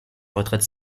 retraite